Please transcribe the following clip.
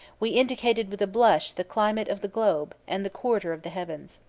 we indicated with a blush the climate of the globe, and the quarter of the heavens.